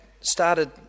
started